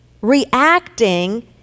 reacting